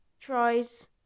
tries